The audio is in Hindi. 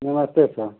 नमस्ते सर